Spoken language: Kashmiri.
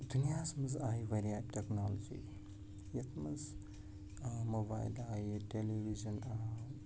دُنیاہس منٛز آیہِ واریاہ ٹٮ۪کنالجی یَتھ منٛز آ موبایل آیہِ ٹیٚلی وِجَن آو